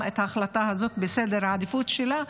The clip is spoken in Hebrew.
את ההחלטה הזאת בסדר העדיפויות שלה,